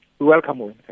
Welcome